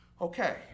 Okay